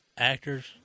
Actors